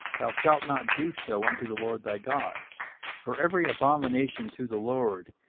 thou shalt not do so unto the lord thy god for every abomination to the lord,